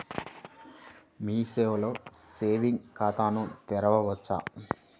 మీ సేవలో సేవింగ్స్ ఖాతాను తెరవవచ్చా?